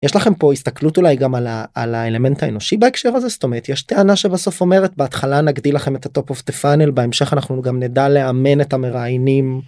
יש לכם פה הסתכלות אולי גם על האלמנט האנושי בהקשר הזה זאת אומרת יש טענה שבסוף אומרת בהתחלה נגדיל לכם את הtop of the funnel בהמשך אנחנו גם נדע לאמן את המראיינים.